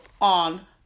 on